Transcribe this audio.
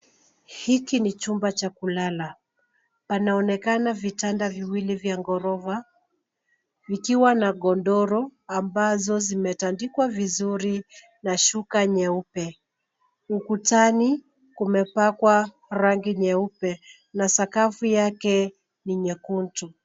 Hiki ni chumba cha kulala. Panaonekana vitanda viwili vya ghorofa, vikiwa na godoro, ambazo zimetandikwa vizuri, na shuka nyeupe. Ukutani, kumepakwa rangi nyeupe, na sakafu yake ni nyekundu.